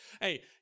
hey